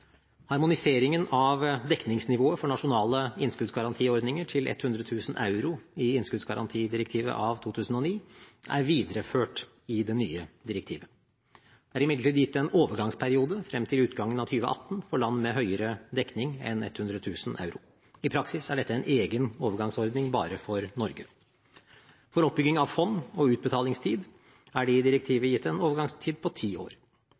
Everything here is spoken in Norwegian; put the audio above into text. Harmoniseringen av dekningsnivået for nasjonale innskuddsgarantiordninger til 100 000 euro i innskuddsgarantidirektivet av 2009 er videreført i det nye direktivet. Det er imidlertid gitt en overgangsperiode frem til utgangen av 2018 for land med høyere dekning enn 100 000 euro. I praksis er dette en egen overgangsordning bare for Norge. For oppbygging av fond og utbetalingstid er det i direktivet gitt en overgangstid på ti år.